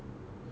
wait